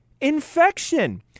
infection